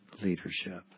leadership